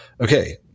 okay